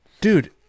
dude